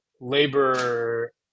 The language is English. labor